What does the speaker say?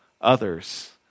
others